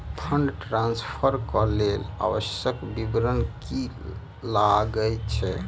Fund transfer केँ लेल आवश्यक विवरण की की लागै छै?